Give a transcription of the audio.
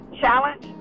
Challenge